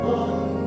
one